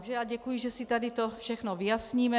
Takže já děkuji, že si tady to všechno vyjasníme.